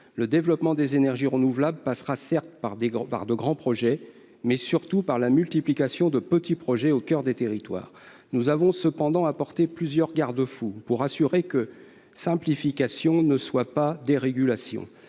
Le développement des énergies renouvelables passera, certes, par de grands projets, mais surtout par la multiplication de petits projets au coeur des territoires. Nous avons cependant prévu plusieurs garde-fous, afin de garantir que la simplification ne se traduise